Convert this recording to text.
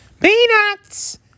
Peanuts